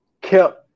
kept